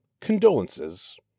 Condolences